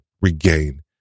regain